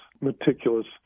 meticulous